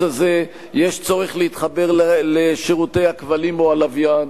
הזה יש צורך להתחבר לשירותי הכבלים או הלוויין,